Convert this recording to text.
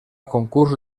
concurs